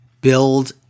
build